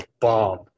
bomb